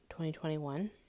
2021